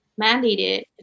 mandated